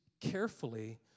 carefully